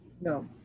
No